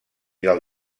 del